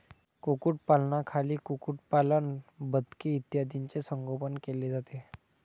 कुक्कुटपालनाखाली कुक्कुटपालन, बदके इत्यादींचे संगोपन केले जाते